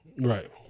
Right